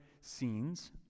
scenes